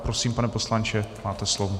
Prosím, pane poslanče, máte slovo.